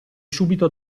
subito